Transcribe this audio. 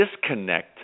disconnect